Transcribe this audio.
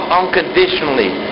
unconditionally